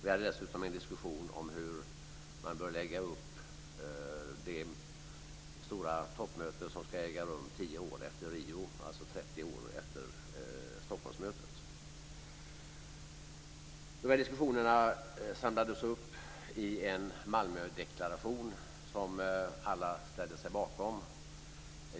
Vi hade dessutom en diskussion om hur man bör lägga upp det stora toppmöte som ska äga rum tio år efter Riomötet, dvs. 30 år efter Dessa diskussioner samlades upp i en Malmödeklaration som alla ställde sig bakom.